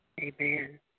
Amen